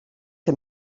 que